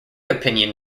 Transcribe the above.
opinion